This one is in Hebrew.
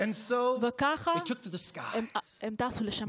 וכך הם טסו לשמיים,